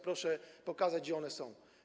Proszę pokazać, gdzie one są.